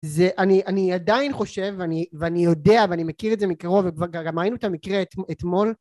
זה אני עדיין חושב ואני יודע ואני מכיר את זה מקרוב וגם ראינו את המקרה אתמול